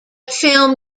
film